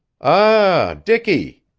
ah, dicky!